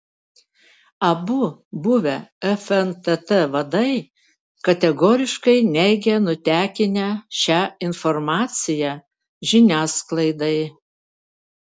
abu buvę fntt vadai kategoriškai neigia nutekinę šią informaciją žiniasklaidai